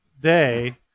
day